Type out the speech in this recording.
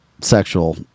sexual